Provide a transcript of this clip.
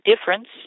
difference